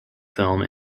film